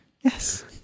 Yes